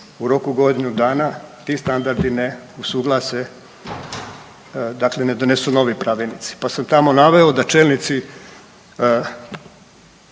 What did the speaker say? u roku od godine dana ti standardi ne usuglase, dakle ne donesu novi Pravilnici, pa sam tamo naveo da čelnici